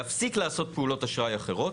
להפסיק לעשות פעולות אשראי אחרות,